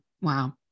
Wow